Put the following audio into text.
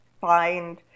find